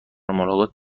ملاقات